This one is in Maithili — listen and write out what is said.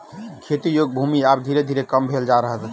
खेती योग्य भूमि आब धीरे धीरे कम भेल जा रहल अछि